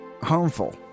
harmful